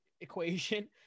equation